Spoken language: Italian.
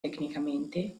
tecnicamente